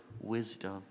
wisdom